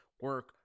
Work